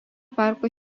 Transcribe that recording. parko